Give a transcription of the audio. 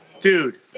Dude